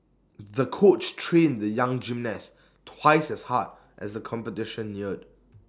the coach trained the young gymnast twice as hard as the competition neared